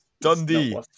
Dundee